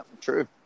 true